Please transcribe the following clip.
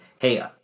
hey